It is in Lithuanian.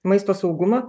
maisto saugumą